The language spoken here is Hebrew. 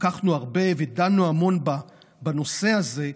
התווכחנו הרבה ודנו המון בנושא הזה,